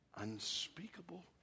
Unspeakable